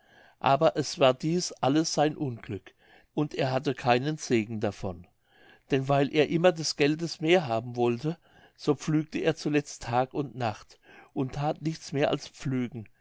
aber es war dies alles sein unglück und er hatte keinen segen davon denn weil er immer des geldes mehr haben wollte so pflügte er zuletzt tag und nacht und that nichts mehr als pflügen